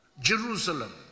Jerusalem